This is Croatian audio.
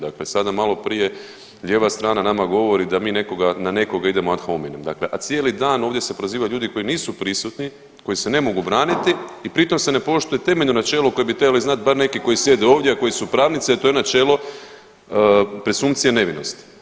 Dakle sada maloprije lijeva strana nama govori da mi nekoga, na nekoga idemo ad hominem, dakle a cijeli dan ovdje se prozivaju ljudi koji nisu prisutni, koji se ne mogu braniti i pritom se ne poštuje temeljno načelo koje bi trebali znati barem neki sjede ovdje, a koji su pravnici, a to je načelo presumpcije nevinosti.